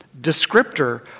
descriptor